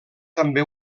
també